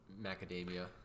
macadamia